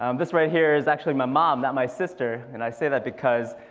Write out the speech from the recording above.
um this right here is actually my mom, not my sister and i say that because.